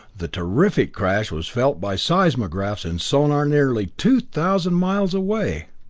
the terrific crash was felt by seismographs in sonor nearly two thousand miles away!